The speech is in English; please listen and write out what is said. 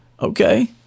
Okay